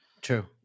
true